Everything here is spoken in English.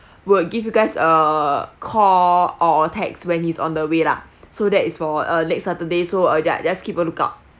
would give you guys a call or a text when he's on the way lah so that is for uh late saturday so uh ya just keep a lookout